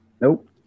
Nope